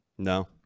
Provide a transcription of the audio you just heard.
No